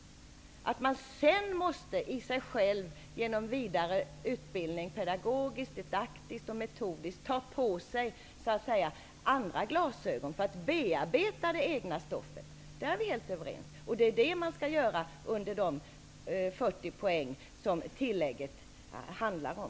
Sedan måste man själv med hjälp av vidareutbildning pedagogiskt, didaktiskt och metodiskt ta på sig så att säga andra glasögon för att bearbeta det egna stoffet. Där är vi helt överens. Det är vad tilläggsutbildningen om 40 poäng handlar om.